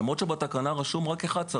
למרות שבתקנה כתוב שצריך רק אחד.